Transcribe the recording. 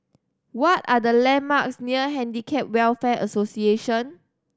what are the landmarks near Handicap Welfare Association